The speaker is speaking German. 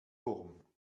wurm